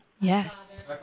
Yes